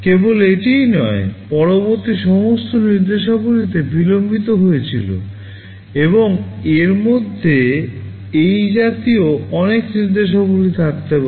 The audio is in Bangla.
কেবল এটিই নয় পরবর্তী সমস্ত নির্দেশাবলী বিলম্বিত হয়েছিল এবং এর মধ্যে এই জাতীয় অনেক নির্দেশাবলী থাকতে পারে